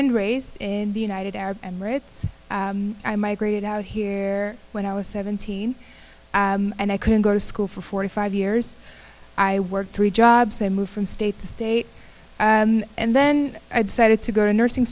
and raised in the united arab emirates i migrated out here when i was seventeen and i couldn't go to school for forty five years i worked three jobs i moved from state to state and then i decided to go to nursing